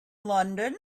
london